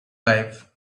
life